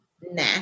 Nah